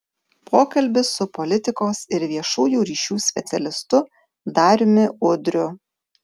pokalbis su politikos ir viešųjų ryšių specialistu dariumi udriu